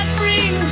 bring